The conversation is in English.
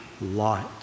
light